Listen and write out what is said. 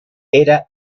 era